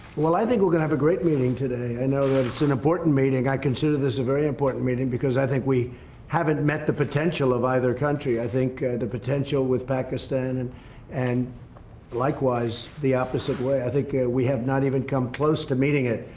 well, i think we can have a great meeting today. i know it's an important meeting i consider this a very important meeting because i think we haven't met the potential of either country i think the potential with pakistan and and likewise the opposite way, i think we have not even come close to meeting it.